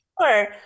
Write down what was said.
Sure